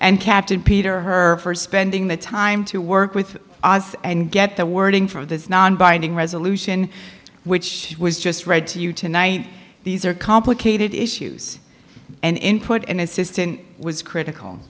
and captain peter her for spending the time to work with os and get the wording for this non binding resolution which was just read to you tonight these are complicated issues and input and assistant was critical